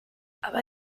aber